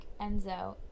Enzo